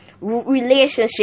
relationship